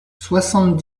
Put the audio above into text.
soixante